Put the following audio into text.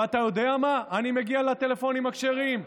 ואתה יודע מה, אני מגיע לטלפונים הכשרים: